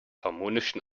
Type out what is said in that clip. harmonischen